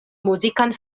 muzikan